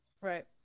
right